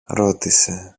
ρώτησε